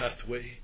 pathway